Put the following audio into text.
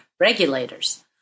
regulators